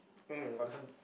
um but this one